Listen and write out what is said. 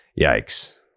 Yikes